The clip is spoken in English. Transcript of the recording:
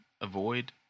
avoid